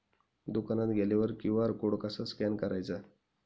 दुकानात गेल्यावर QR code कसा स्कॅन करायचा?